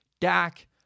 Dak